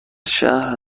شهر